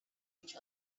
each